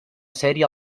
sèrie